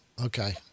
okay